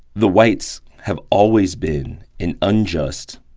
the whites have always been an unjust,